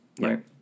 right